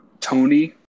Tony